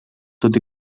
tot